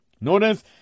Notice